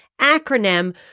acronym